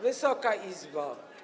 Wysoka Izbo!